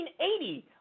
1980